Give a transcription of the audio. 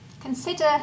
consider